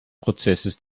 prozesses